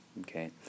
okay